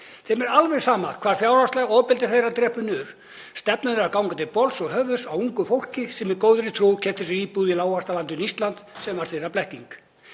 Þeim er alveg sama hvað hið fjárhagslega ofbeldi þeirra drepur niður. Stefnan er að ganga milli bols og höfuðs á ungu fólki sem í góðri trú keypti sér íbúð í lágvaxtalandinu Íslandi, sem var þeirra blekking.